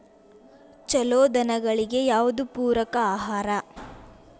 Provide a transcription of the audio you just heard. ಛಲೋ ದನಗಳಿಗೆ ಯಾವ್ದು ಪೂರಕ ಆಹಾರ?